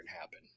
happen